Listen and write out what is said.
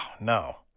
no